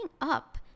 up